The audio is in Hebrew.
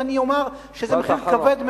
ואני אומר שזה מחיר כבד מאוד,